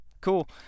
cool